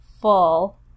full